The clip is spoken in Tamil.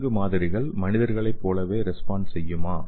விலங்கு மாதிரிகள் மனிதர்களைப்போலவே ரெஸ்பாண்ட் செய்யுமா